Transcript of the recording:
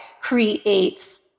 creates